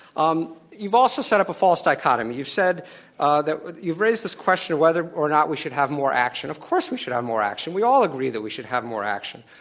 um you've also set up a false dichotomy, you've said ah that, you've raised this question of whether or not we should have more action, of course we should have um more action, we all agree that we should have more action.